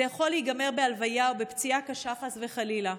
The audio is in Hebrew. זה יכול להיגמר בהלוויה או בפציעה קשה, חס וחלילה.